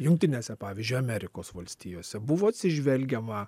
jungtinėse pavyzdžiui amerikos valstijose buvo atsižvelgiama